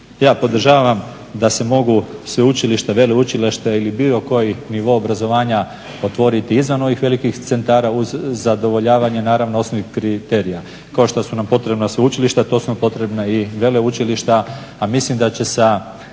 Ja podržavam da se mogu sveučilišta, veleučilišta ili bilo koji nivo obrazovanja otvoriti izvan ovih velikih centara uz zadovoljavanje naravno osnovnih kriterija. Kao što su nam potrebna sveučilišta to su nam potrebna i veleučilišta, a mislim da će sa